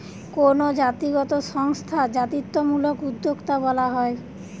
কোনো জাতিগত সংস্থা জাতিত্বমূলক উদ্যোক্তা বলা হয়